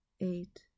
eight